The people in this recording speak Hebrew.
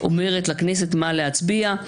אומרת לכנסת על מה להצביע.